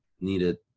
needed